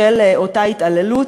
של אותה התעללות,